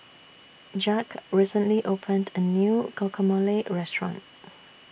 Jacque recently opened A New Guacamole Restaurant